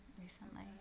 recently